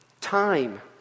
time